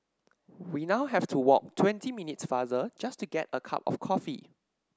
we now have to walk twenty minutes farther just to get a cup of coffee